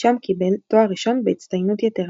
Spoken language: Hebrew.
שם קיבל תואר ראשון בהצטיינות יתרה.